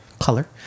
color